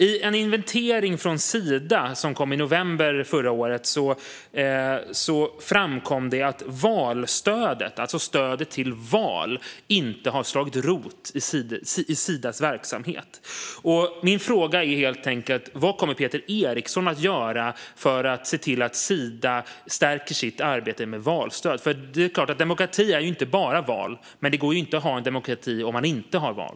I en inventering från Sida, som kom i november förra året, framkom det att valstödet, alltså stödet till val, inte har slagit rot i Sidas verksamhet. Vad kommer Peter Eriksson att göra för att se till att Sida stärker sitt arbete med valstöd? Demokrati är inte bara val, men det går inte att ha en demokrati utan val.